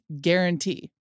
guarantee